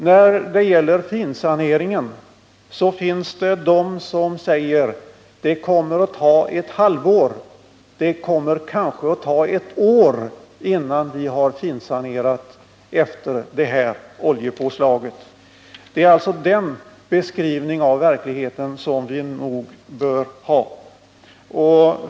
När det gäller finsaneringen finns det de som säger att det kommer att ta ett halvår eller kanske ett år innan vi har finsanerat efter det här oljepåslaget. Det är den beskrivningen av verkligheten vi bör ha.